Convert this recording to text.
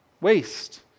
waste